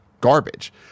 garbage